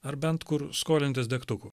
ar bent kur skolintis degtukų